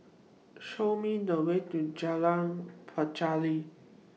Show Me The Way to Jalan Pacheli